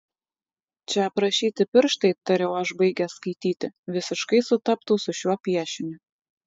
čia aprašyti pirštai tariau aš baigęs skaityti visiškai sutaptų su šiuo piešiniu